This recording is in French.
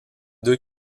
deux